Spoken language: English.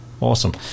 awesome